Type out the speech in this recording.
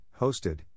hosted